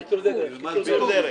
קיצור דרך.